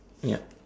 ya